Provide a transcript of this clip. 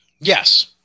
Yes